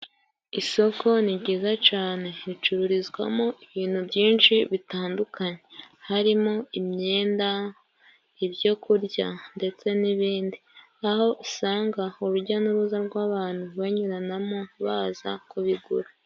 Isoko ni jyiza cane ricururizwamo ibintu byinshi bitandukanye harimo imyenda, ibyo kurya ndetse n'ibindi aho usanga urujya n'uruza rw'abantu banyuranamo baza kubigura.